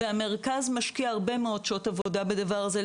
והמרכז משקיע הרבה מאוד שעות עבודה בדבר הזה,